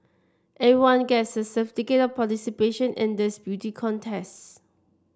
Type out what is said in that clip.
everyone gets a certificate of participation in this beauty contest